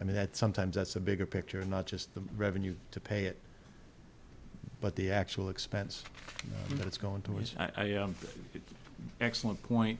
i mean that sometimes that's a bigger picture and not just the revenue to pay it but the actual expense that's going towards that excellent point